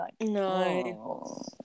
No